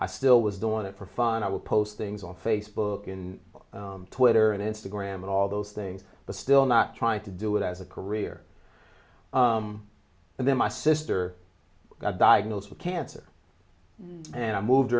i still was doing it for fun i would post things on facebook and twitter and instagram and all those things but still not trying to do it as a career and then my sister got diagnosed with cancer and i moved